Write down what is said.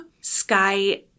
sky